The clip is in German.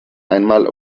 einmal